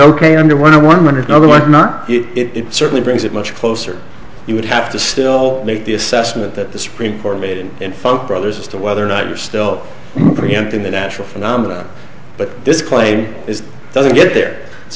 ok under one or one hundred over what not it certainly brings it much closer you would have to still make the assessment that the supreme court made in folk brothers as to whether or not you're still preempting the natural phenomena but this claim is doesn't get there so